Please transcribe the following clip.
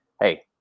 hey